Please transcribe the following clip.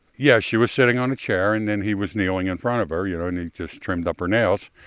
yeah, she was sitting on a chair, and then he was kneeling in front of her, you know. and he just trimmed up her nails.